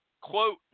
quote